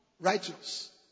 righteous